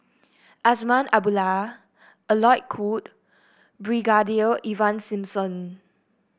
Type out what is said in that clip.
Azman Abdullah Alec Kuok Brigadier Ivan Simson